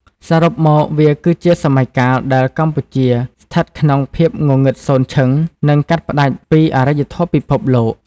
សរុបមក វាគឺជាសម័យកាលដែលកម្ពុជាស្ថិតក្នុងភាពងងឹតសូន្យឈឹង និងកាត់ផ្ដាច់ពីអារ្យធម៌ពិភពលោក។